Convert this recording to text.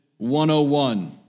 101